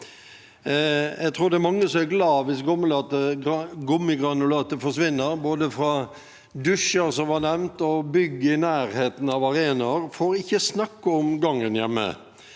Jeg tror det er mange som er glade hvis gummigranulatet forsvinner, både fra dusjer, som var nevnt, og bygg i nærheten av arenaer, for ikke å snakke om gangen hjemme.